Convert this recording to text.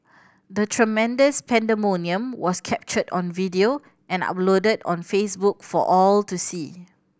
the tremendous pandemonium was captured on video and uploaded on Facebook for all to see